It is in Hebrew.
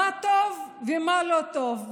מה טוב ומה לא טוב,